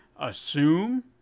assume